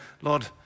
Lord